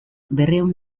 berrehun